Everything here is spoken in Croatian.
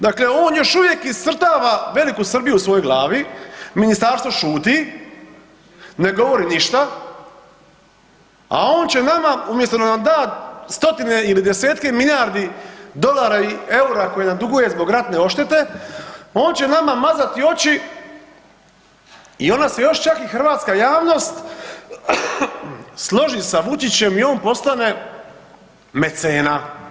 Dakle, on još uvijek iscrtava Veliku Srbiju u svojoj glavi, ministarstvo šuti, ne govori ništa, a on će nama umjesto da nam da stotine ili desetke milijardi dolara i eura koje nam duguje zbog ratne odštete, on će nama mazati oči i onda se čak još i hrvatska javnost složi sa Vučićem i on postane mecena.